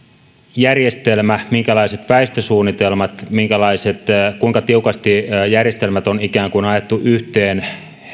järjestelmä on minkälaiset väistösuunnitelmat ovat kuinka tiukasti järjestelmät on ikään kuin ajettu yhteen